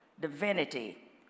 divinity